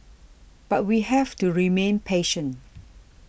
but we have to remain patient